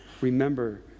remember